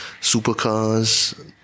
supercars